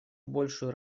большую